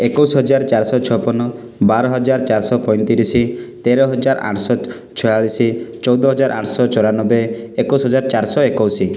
ଏକୋଇଶ ହଜାର ଚାରି ଶହ ଛପନ ବାର ହଜାର ଚାରି ଶହ ପଇଁତିରିଶ ତେର ହଜାର ଆଠ ଶହ ଛୟାଳିଶ ଚଉଦ ହଜାର ଆଠଶହ ଚଉରାନବେ ଏକୋଇଶ ହଜାର ଚାରି ଶହ ଏକୋଇଶ